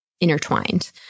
intertwined